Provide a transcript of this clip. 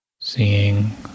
seeing